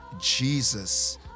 Jesus